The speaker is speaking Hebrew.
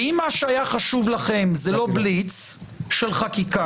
ואם מה שהיה חשוב לכם זה לא בליץ של חקיקה,